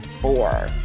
four